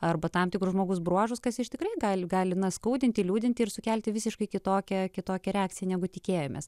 arba tam tikrus žmogaus bruožus kas iš tikrai gali gali na skaudinti liūdinti ir sukelti visiškai kitokią kitokią reakciją negu tikėjomės